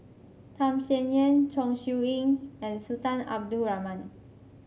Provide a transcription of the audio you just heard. Tham Sien Yen Chong Siew Ying and Sultan Abdul Rahman